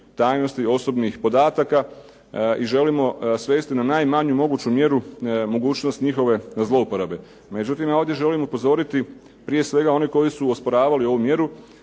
tajnosti osobnih podataka i želimo svesti na najmanju moguću mjeru mogućnost njihove zlouporabe. Međutim, ovdje želim upozoriti prije svega one koji su usporavali ovu mjeru